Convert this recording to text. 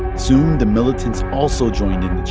soon, the militants also joined in